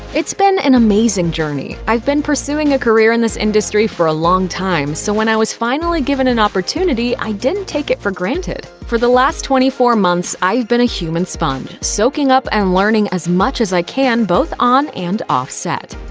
it's been an amazing journey. i've been pursuing a career in this industry for a long time, so when i was finally given an opportunity, i didn't take it for granted. for the last twenty four months i've been a human sponge, soaking up and learning as much as i can, both on and off set.